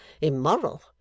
immoral